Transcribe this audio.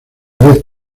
vez